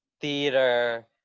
theater